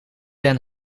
den